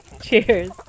cheers